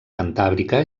cantàbrica